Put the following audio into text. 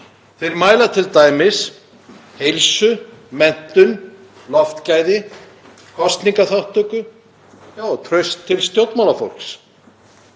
Þeir mæla t.d. heilsu, menntun, loftgæði, kosningaþátttöku, traust til stjórnmálafólks.